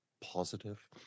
positive